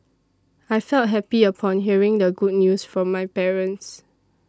I felt happy upon hearing the good news from my parents